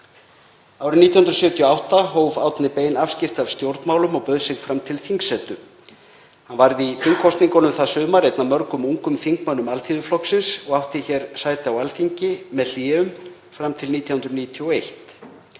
Árið 1978 hóf Árni bein afskipti af stjórnmálum og bauð sig fram til þingsetu. Hann varð í þingkosningunum það sumar einn af mörgum ungum þingmönnum Alþýðuflokksins og átti sæti hér á Alþingi, með hléum, fram til 1991.